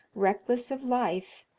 reckless of life,